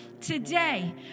Today